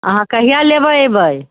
अहाँ कहिआ लेबै अयबै